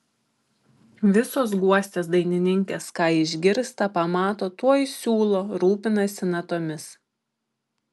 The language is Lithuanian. visos guostės dainininkės ką išgirsta pamato tuoj siūlo rūpinasi natomis